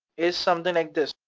it's something like this.